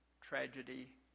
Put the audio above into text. tragedy